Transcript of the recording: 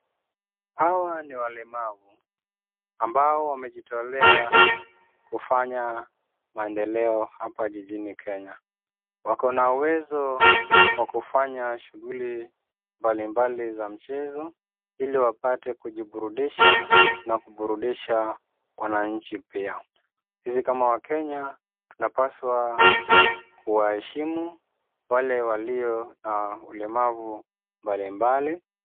Hawa ni walemavu ambao wamejitolea kufanya maendeleo hapa jijini Kenya. Wako na uwezo wa kufanya shughuli mbalimbali za mchezo ili wapate kujiburudisha na kuburudisha wananchi pia. Sisi kama Wakenya tunapaswa kuwaheshimu wale walio na ulemavu mbalimbali.